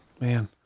man